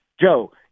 Joe